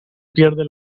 pierde